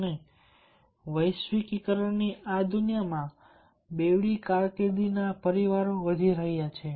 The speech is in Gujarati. અને વૈશ્વિકીકરણની દુનિયામાં બેવડી કારકિર્દીના પરિવારો વધી રહ્યા છે